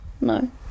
No